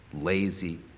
lazy